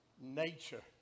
nature